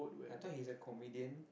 I thought he's a comedian